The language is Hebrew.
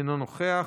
אינו נוכח.